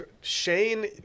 Shane